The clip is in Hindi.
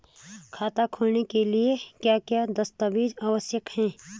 खाता खोलने के लिए क्या क्या दस्तावेज़ आवश्यक हैं?